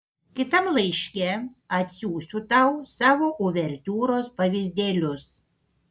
kitam laiške atsiųsiu tau savo uvertiūros pavyzdėlius